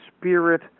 spirit